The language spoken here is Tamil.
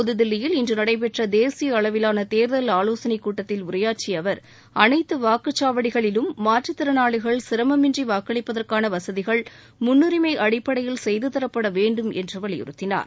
புதுதில்லியில் இன்று நடைபெற்ற தேசிய அளவிவான தேர்தல் ஆலோசனைக்கூட்டத்தில் உரையாற்றிய அவர் அனைத்து வாக்குச்சாவடிகளிலும் மாற்றுத்திறனாளிகள் சிரமமின்றி வாக்களிப்பதற்கான வசதிகள் முன்னுரிமை அடிப்படையில் செய்துதரப்பட வேண்டும் என்றும் வலியுறுத்தினார்